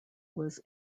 was